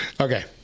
Okay